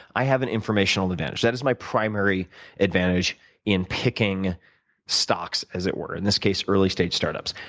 i have an informational advantage. that is my primary advantage in picking stocks, as it were in this case early stage startups.